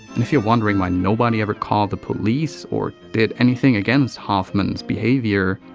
and if you're wondering why nobody ever called the police or did anything against hoffman's behavior.